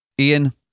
Ian